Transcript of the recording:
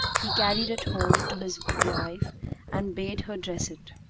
he carried it home to his wife and bade her dress it.